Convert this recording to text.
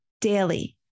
daily